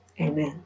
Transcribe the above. Amen